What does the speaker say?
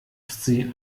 sie